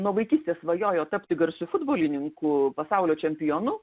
nuo vaikystės svajojo tapti garsiu futbolininku pasaulio čempionu